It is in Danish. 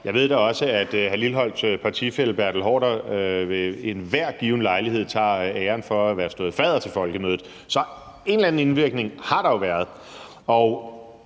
hr. Lars Christian Lilleholts partifælle Bertel Haarder ved enhver given lejlighed tager æren for at have stået fadder til folkemødet. Så en eller anden indvirkning har der jo været.